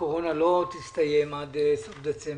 הקורונה לא תסתיים עד סוף דצמבר?